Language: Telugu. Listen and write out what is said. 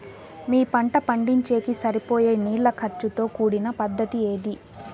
మీ పంట పండించేకి సరిపోయే నీళ్ల ఖర్చు తో కూడిన పద్ధతి ఏది?